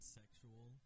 sexual